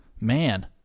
Man